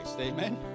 Amen